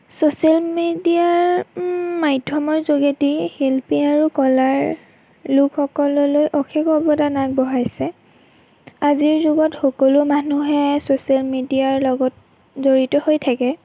social মিডিয়াৰ মাধ্য়মৰ যোগেদি শিল্পী আৰু কলাৰ লোকসকললৈ অশেষ অৱদান আগবঢ়াইছে আজিৰ যুগত সকলো মানুহে চ'ছিয়েল মিডিয়াৰ লগত জড়িত হৈ থাকে